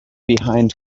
behind